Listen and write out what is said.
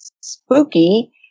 spooky